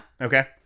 Okay